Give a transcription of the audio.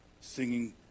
singing